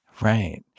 Right